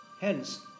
Hence